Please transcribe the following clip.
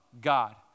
God